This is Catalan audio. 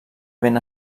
ben